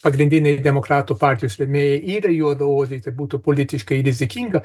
pagrindiniai demokratų partijos rėmėjai yra juodaodžiai tai būtų politiškai rizikinga